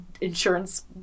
insurance